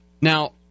Now